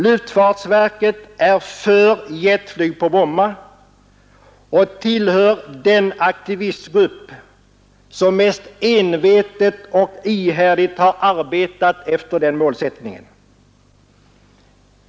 Luftfartsverket är för jetflyg på Bromma och tillhör den aktivistgrupp som mest envetet och ihärdigt har arbetat efter den målsättningen.